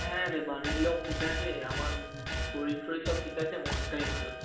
হ্যাঁ রে বাড়ির লোক ঠিক আছে আমার শরীর ঠরীর সব ঠিক আছে মনটাই ভালো নেই